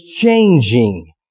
changing